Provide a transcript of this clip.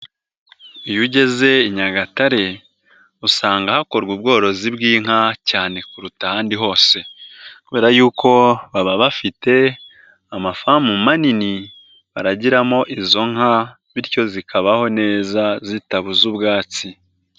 Iyo ugeze i Nyagatare usanga hakorwa ubworozi bw'inka cyane kuruta ahandi hose, kubera yuko baba bafite amafamu manini baragiramo izo nka bityo zikabaho neza zitabuze ubwatsi.